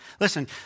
Listen